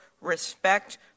respect